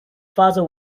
father